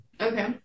Okay